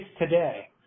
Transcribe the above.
today